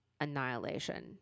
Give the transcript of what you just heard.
annihilation